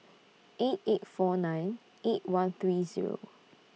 eight eight four nine eight one three Zero